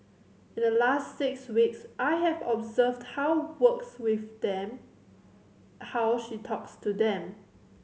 in the last six weeks I have observed how works with them how she talks to them